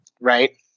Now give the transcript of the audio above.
Right